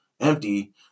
empty